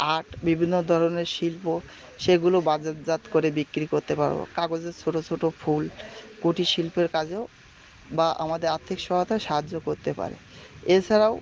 art বিভিন্ন ধরনের শিল্প সেগুলো বাজারজাত করে বিক্রি করতে পারব কাগজের ছোটো ছোটো ফুল কুটির শিল্পের কাজেও বা আমাদের আর্থিক সহায়তায় সাহায্য় করতে পারে এছাড়াও